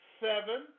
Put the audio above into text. seven